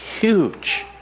huge